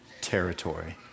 territory